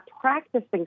practicing